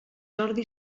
jordi